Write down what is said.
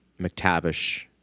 mctavish